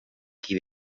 qui